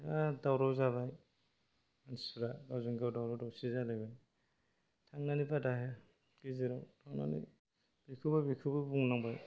बिराद दावराव जाबाय मानसिफ्रा गावजोंगाव दावराव दावसि जालायबाय थांनानै बादा हैबाय गेजेराव थांनानै बेखौबो बेखौबो बुंनांबाय